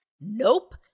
Nope